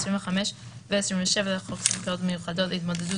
25 ו-27 לחוק סמכויות מיוחדות להתמודדות